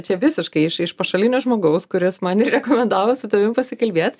čia visiškai iš iš pašalinio žmogaus kuris man ir rekomendavo su tavim pasikalbėt